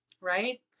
right